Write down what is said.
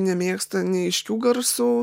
nemėgsta neaiškių garsų